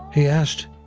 he asked.